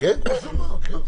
כן, כמו שאמרת.